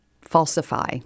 falsify